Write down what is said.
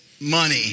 Money